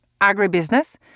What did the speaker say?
agribusiness